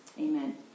Amen